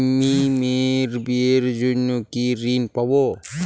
আমি মেয়ের বিয়ের জন্য কি ঋণ পাবো?